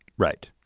right.